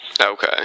Okay